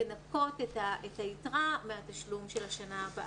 לנכות את היתרה מהתשלום של שנה הבאה.